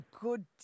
good